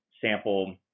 sample